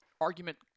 argument